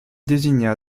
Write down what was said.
désigna